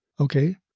okay